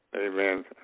Amen